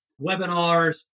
webinars